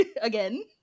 Again